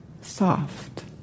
Soft